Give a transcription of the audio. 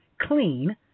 clean